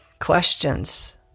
questions